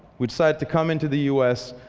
we decided to come into the u s.